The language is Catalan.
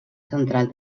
central